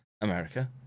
America